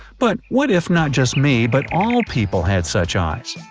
but what if not just me, but all people had such eyes?